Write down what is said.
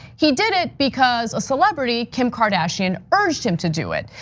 he did it because a celebrity kim kardashian urged him to do it.